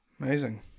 Amazing